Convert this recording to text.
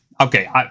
okay